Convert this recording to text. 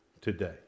today